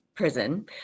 prison